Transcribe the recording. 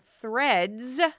threads